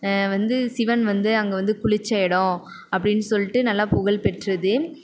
வந்து சிவன் வந்து அங்கே வந்து குளித்த இடம் அப்படினு சொல்லிட்டு நல்லா புகழ் பெற்றது